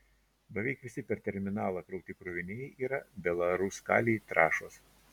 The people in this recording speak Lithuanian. beveik visi per terminalą krauti kroviniai yra belaruskalij trąšos